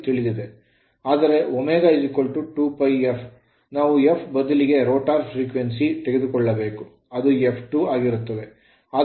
ಆದರೆ ω 2 pi f ನಾವು f ಬದಲಿಗೆ ರೋಟರ್ frequency ಆವರ್ತನವನ್ನು ತೆಗೆದುಕೊಳ್ಳಬೇಕು ಅದು f2 ಆಗಿರುತ್ತದೆ